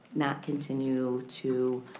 not continue to